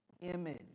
image